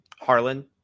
Harlan